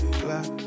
black